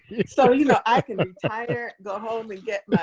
so you know i can retire, go home, and you